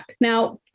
now